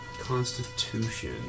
Constitution